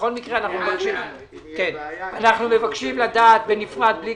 בכל מקרה אנחנו מבקשים לדעת בנפרד ובלי